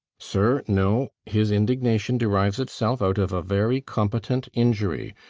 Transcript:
sir, no his indignation derives itself out of a very competent injury.